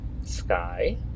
Sky